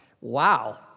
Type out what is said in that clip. wow